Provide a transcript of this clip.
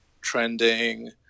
trending